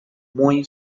muy